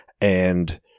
and-